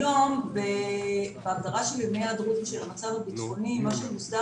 כיום בהגדרה של ימי היעדרות בשל המצב הביטחוני מה שמוסדר